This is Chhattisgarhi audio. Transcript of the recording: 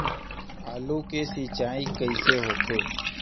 आलू के सिंचाई कइसे होथे?